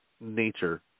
nature